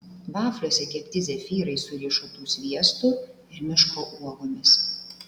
vafliuose kepti zefyrai su riešutų sviestu ir miško uogomis